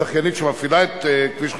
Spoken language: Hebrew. הזכיינית שמפעילה את כביש חוצה-ישראל,